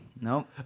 No